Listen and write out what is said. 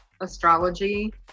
astrology